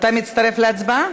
גמול והחזר הוצאות לעובד סיעה,